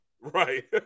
Right